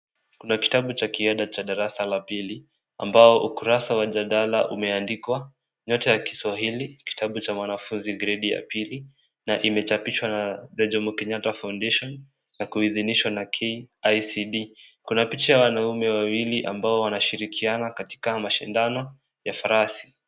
Kuna kitabu cha kiada cha darasa la pili ambao ukurasa wa jadala umeandikwa, Nyota ya kiswahili , kitabu cha mwanafunzi gredi ya pili, na imechapishwa na theJomo Kenyatta Founation na kuidhinishwa na KICD. Kuna picha ya wanaume wawili ambao wanashirikiana katika mashindano ya farasi.